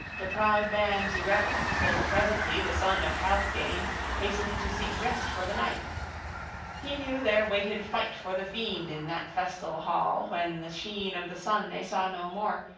the proud-band's revel, till presently the son of healfdene hastened to seek rest for the night he knew there waited fight for the fiend in that festal hall, when the sheen of the sun they saw no more,